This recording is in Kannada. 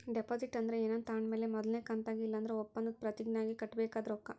ಡೆಪಾಸಿಟ್ ಅಂದ್ರ ಏನಾನ ತಾಂಡ್ ಮೇಲೆ ಮೊದಲ್ನೇ ಕಂತಾಗಿ ಇಲ್ಲಂದ್ರ ಒಪ್ಪಂದುದ್ ಪ್ರತಿಜ್ಞೆ ಆಗಿ ಕಟ್ಟಬೇಕಾದ ರೊಕ್ಕ